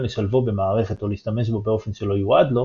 לשלבו במערכת או להשתמש בו באופן שלא יועד לו,